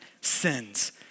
sins